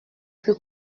plus